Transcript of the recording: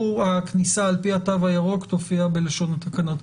הכניסה על פי התו הירוק תופיע בלשון התקנות,